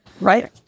right